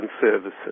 services